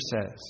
says